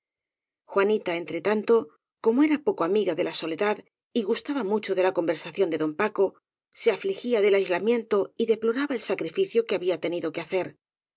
plaza juanita entretanto como era poco amiga de la soledad y gustaba mucho de la conversación de don paco se afligía del aislamiento y deploraba el sacrificio que había tenido que hacer